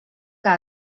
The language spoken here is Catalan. que